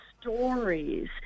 stories